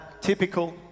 typical